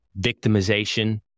victimization